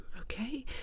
okay